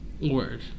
Word